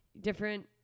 different